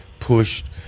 Pushed